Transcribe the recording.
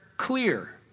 clear